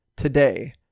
today